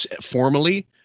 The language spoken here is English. formally